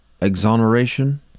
exoneration